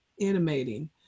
animating